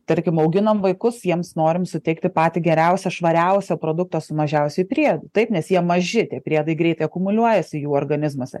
tarkim auginam vaikus jiems norim suteikti patį geriausią švariausią produktą su mažiausiai priedų taip nes jie maži tie priedai greitai akumuliuojasi jų organizmuose